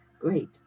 great